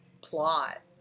plot